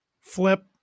flip